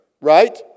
Right